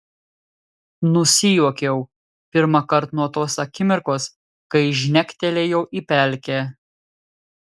nusijuokiau pirmąkart nuo tos akimirkos kai žnektelėjau į pelkę